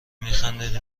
میخندید